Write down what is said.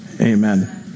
Amen